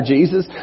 Jesus